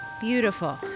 beautiful